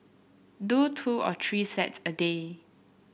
do two or three sets a day